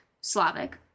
Slavic